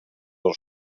del